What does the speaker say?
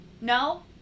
No